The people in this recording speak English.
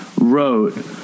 wrote